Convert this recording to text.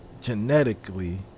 genetically